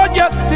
yes